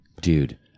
Dude